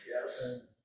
Yes